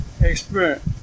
Experience